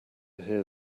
hear